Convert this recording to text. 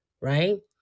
right